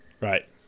Right